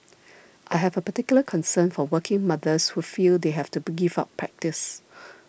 I have a particular concern for working mothers who feel they have to give up practice